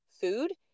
food